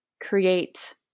create